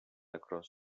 across